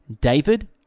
David